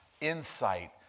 insight